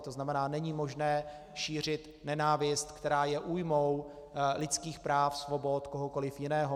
To znamená, není možné šířit nenávist, která je újmou lidských práv, svobod kohokoliv jiného.